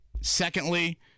secondly